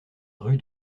rue